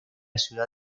ciudad